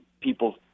people